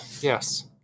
Yes